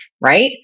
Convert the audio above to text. right